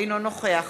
אינו נוכח